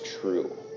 true